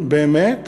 באמת?